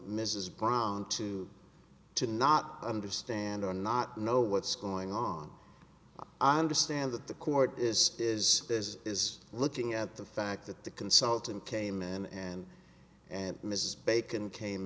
mrs brown to to not understand or not know what's going on i understand that the court is is is is looking at the fact that the consultant came in and and mrs bacon came